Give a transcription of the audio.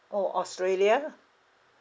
!ow! australia